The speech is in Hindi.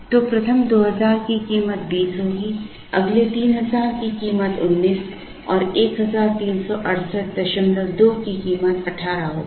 तो प्रथम 2000 की कीमत 20 होगी अगले 3000 की कीमत 19 और 13682 की कीमत 18 होगी